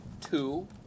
two